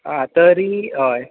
आं तरी हय